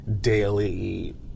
daily